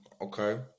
Okay